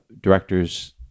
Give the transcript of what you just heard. director's